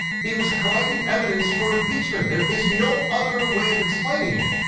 he was collecting evidence for impeachment. there is no other way of explaining it.